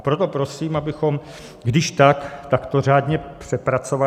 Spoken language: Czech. Proto prosím, abychom když tak to řádně přepracovali.